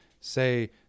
say